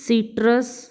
citrus